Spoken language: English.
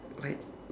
like